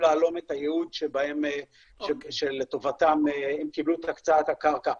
להלום את הייעוד שלטובתו הם קיבלו את הקצאת הקרקע.